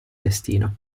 destino